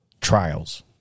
trials